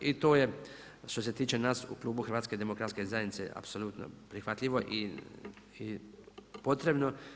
I to je što se tiče nas u klubu Hrvatske demokratske zajednice apsolutno prihvatljivo i potrebno.